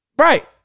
Right